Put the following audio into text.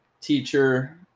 teacher